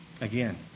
Again